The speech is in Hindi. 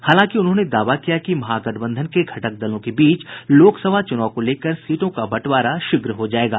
हालांकि उन्होंने दावा किया कि महागठबंधन के घटक दलों के बीच लोकसभा चुनाव को लेकर सीटों का बंटवारा शीघ्र हो जायेगा